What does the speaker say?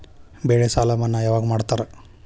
ಬೆಳೆ ಸಾಲ ಮನ್ನಾ ಯಾವಾಗ್ ಮಾಡ್ತಾರಾ?